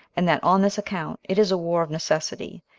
and that on this account it is a war of necessity,